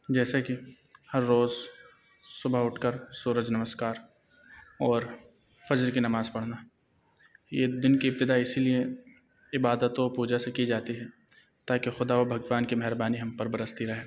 جیسا کہ ہر روز صبح اٹھ کر سورج نمسکار اور فجر کی نماز پڑھنا یہ دن کی ابتدا اسی لیے عبادت و پوجا سے کی جاتی ہے تاکہ خدا و بھگوان کے مہربانی ہم پر برستی رہے